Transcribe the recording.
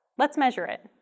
let's measure it!